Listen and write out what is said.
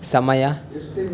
ಸಮಯ